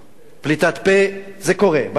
פליטת פה, זה קורה, מאה אחוז.